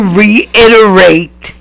reiterate